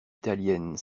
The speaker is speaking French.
italienne